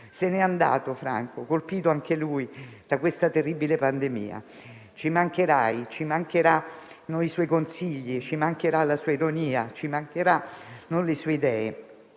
Se n'è andato, Franco, colpito anche lui da questa terribile pandemia. Ci mancherai, ci mancheranno i suoi consigli, ci mancherà la sua ironia, ci mancheranno le sue idee.